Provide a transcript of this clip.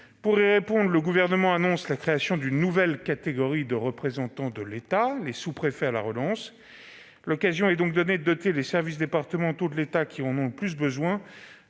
Pour y répondre, le Gouvernement annonce la création d'une nouvelle catégorie de représentants de l'État, les sous-préfets à la relance. L'occasion est donc donnée de doter les services départementaux de l'État qui en ont le plus besoin